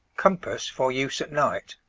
compass for use at night